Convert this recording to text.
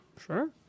Sure